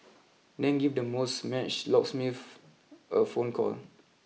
then give the most matched locksmiths a phone call